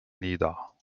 nieder